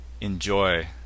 enjoy